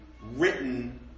written